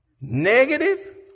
negative